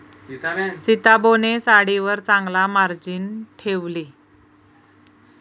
सीताबोने साडीवर चांगला मार्जिन ठेवले